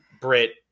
Brit